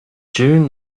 june